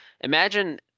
imagine